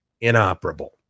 inoperable